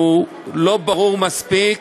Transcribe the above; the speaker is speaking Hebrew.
הוא לא ברור מספיק,